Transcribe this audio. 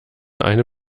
eine